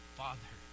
father